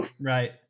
Right